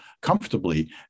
comfortably